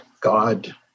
God